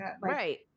Right